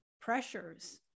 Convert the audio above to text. pressures